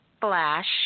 flash